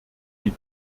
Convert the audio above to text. die